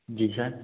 जी sir